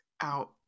out